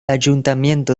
ayuntamiento